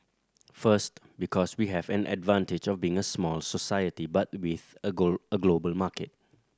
first because we have an advantage of being a small society but with a girl a global market